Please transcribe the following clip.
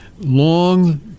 long